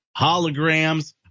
holograms